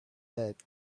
bed